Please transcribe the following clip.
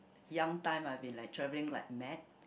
young time I've been travelling like mad